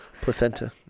Placenta